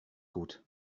gut